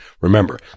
Remember